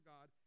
God